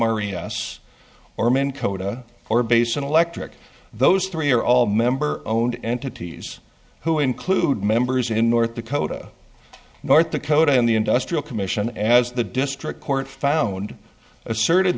us or men koda or based on electric those three are all member owned entities who include members in north dakota north dakota in the industrial commission as the district court found asserted